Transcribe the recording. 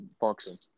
function